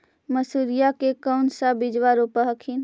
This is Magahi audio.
मसुरिया के कौन सा बिजबा रोप हखिन?